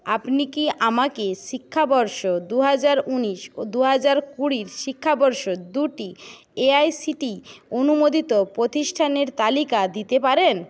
আপনি কি আমাকে শিক্ষাবর্ষ দুহাজার উনিশ ও দুহাজার কুড়ির শিক্ষাবর্ষ দুটি এআইসিটিই অনুমোদিত প্রতিষ্ঠানের তালিকা দিতে পারেন